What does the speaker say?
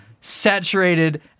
saturated